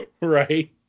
right